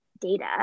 data